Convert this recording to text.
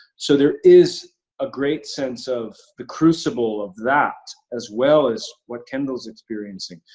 so there is a great sense of the crucible of that, as well as what kendall's experiencing.